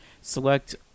select